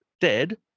dead